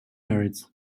merit